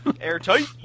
airtight